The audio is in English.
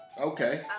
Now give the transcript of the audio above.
Okay